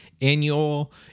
annual